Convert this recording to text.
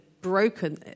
broken